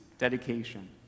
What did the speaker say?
dedication